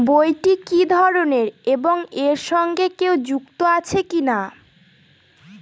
বইটি কি ধরনের এবং এর সঙ্গে কেউ যুক্ত আছে কিনা?